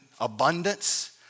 abundance